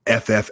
FF